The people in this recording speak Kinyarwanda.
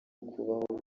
kubaho